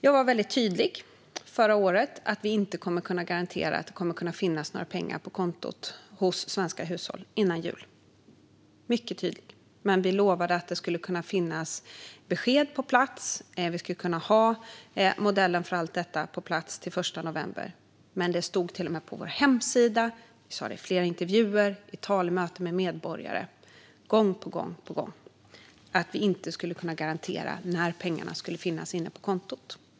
Jag var väldigt tydlig förra året: Vi kommer inte att kunna garantera att det kommer att finnas några pengar på kontot hos svenska hushåll före jul. Men vi lovade att det skulle finnas besked på plats. Vi skulle kunna ha modellen för allt detta på plats till den 1 november. Men det stod till och med på vår hemsida - och jag sa det i flera intervjuer, i tal och i möten med medborgare, gång på gång på gång - att vi inte skulle kunna garantera när pengarna skulle finnas på kontot.